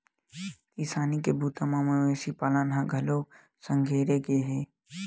किसानी के बूता म मवेशी पालन ल घलोक संघेरे गे हे